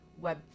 web